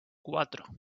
cuatro